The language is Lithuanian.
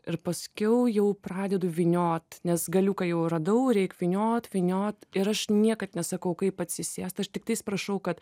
ir paskiau jau pradedu vyniot nes galiuką jau radau reik vyniot vyniot ir aš niekad nesakau kaip atsisėst aš tiktais prašau kad